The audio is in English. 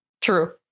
true